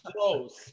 close